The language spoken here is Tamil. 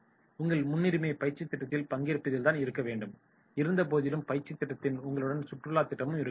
உங்கள் முன்னுரிமை பயிற்சித் திட்டத்தில் பங்கேற்பதில் தான் இருக்க வேண்டும் இருந்தபோதிலும் பயிற்சித் திட்டத்துடன் உங்கள் சுற்றுலா திட்டமும் இருக்கலாம்